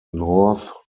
north